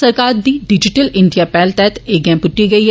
सरकार दी digital India पैहल तैहत एह् गैं पुट्टी गेई ऐ